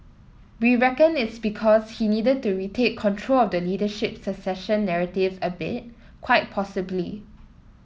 we reckon it's because he needed to retake control of the leadership succession narrative a bit quite possibly